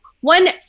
one